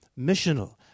missional